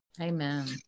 Amen